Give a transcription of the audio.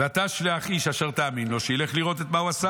"ועתה שלח איש אשר תאמין לו והלך וראה